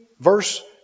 verse